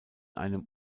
einem